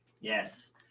Yes